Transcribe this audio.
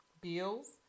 bills